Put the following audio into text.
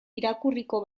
irakurriko